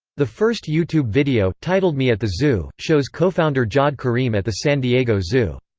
the first youtube video, titled me at the zoo, shows co-founder jawed karim at the san diego zoo.